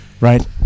right